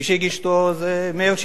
מי שהגיש אותו זה מאיר שטרית,